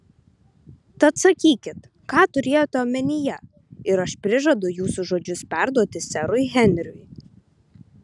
tad sakykit ką turėjote omenyje ir aš prižadu jūsų žodžius perduoti serui henriui